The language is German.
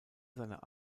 seiner